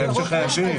בוודאי.